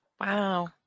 Wow